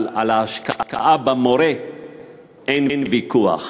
אבל על ההשקעה במורה אין ויכוח,